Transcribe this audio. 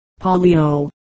polio